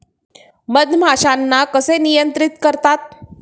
मधमाश्यांना कसे नियंत्रित करतात?